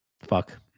fuck